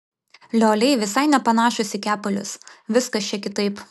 lioliai visai nepanašūs į kepalius viskas čia kitaip